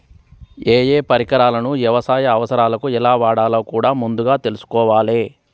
ఏయే పరికరాలను యవసాయ అవసరాలకు ఎలా వాడాలో కూడా ముందుగా తెల్సుకోవాలే